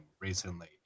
recently